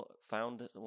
found